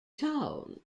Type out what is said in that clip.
town